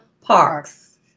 Parks